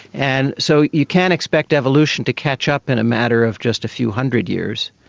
and so you can't expect evolution to catch up in a matter of just a few hundred years.